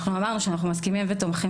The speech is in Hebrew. אנחנו אמרנו שאנחנו מסכימים ותומכים